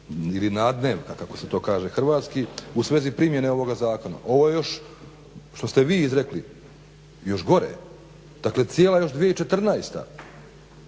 ili nadnevka kako se to kaže hrvatski u svezi primjene ovoga zakona. Ovo je još što ste vi izrekli još gore. Dakle, cijela još 2014.